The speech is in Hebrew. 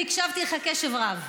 אני הקשבתי לך בקשב רב.